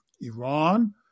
Iran